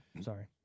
Sorry